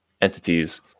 entities